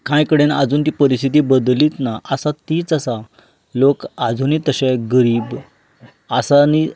कांय कडेन आजून ती परिस्थिती बदलिल्ली ना आसा तीच आसा लोक आजुनय तशे गरीब आसा आनी